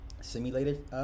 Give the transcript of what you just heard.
simulated